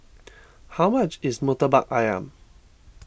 how much is Murtabak Ayam